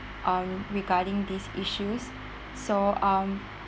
um regarding these issues so um